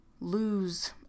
lose